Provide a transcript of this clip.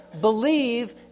believe